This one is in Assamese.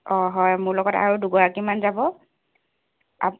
অঁ হয় মোৰ লগত আৰু দুগৰাকীমান যাব আপ